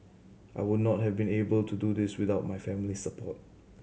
I would not have been able to do this without my family's support